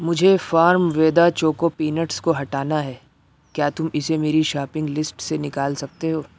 مجھے فارم ویدا choco pints کو ہٹانا ہے کیا تم اسے میری شاپنگ لیسٹ سے نکال سکتے ہو